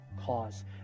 cause